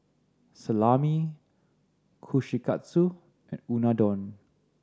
Salami Kushikatsu and Unadon